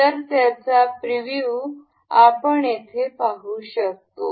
तर याचा प्रीव्यू आपण येथे पाहू शकतो